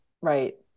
Right